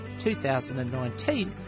2019